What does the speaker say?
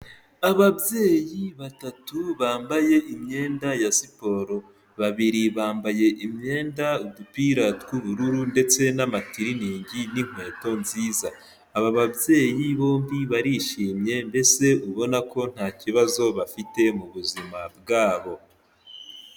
Ababyeyi batatu bambaye imyenda ya siporo babiri bambaye imyenda, udupira tw'ubururu ndetse n'amatiriningi n'inkweto nziza, aba babyeyi bombi barishimye mbese ubona ko nta kibazo bafite mu buzima bwabo.